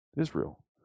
Israel